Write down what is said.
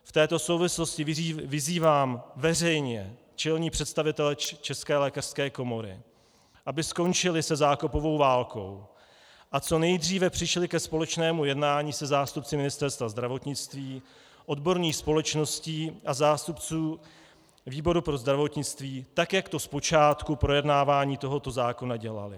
V této souvislosti vyzývám veřejně čelné představitele České lékařské komory, aby skončili se zákopovou válkou a co nejdříve přišli ke společnému jednání se zástupci Ministerstva zdravotnictví, odborných společností a zástupců výboru pro zdravotnictví, tak jak to zpočátku projednávání tohoto zákona dělali.